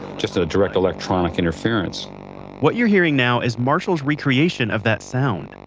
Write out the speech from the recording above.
just a direct electronic interference what you're hearing now is marshall's recreation of that sound.